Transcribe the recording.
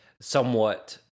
somewhat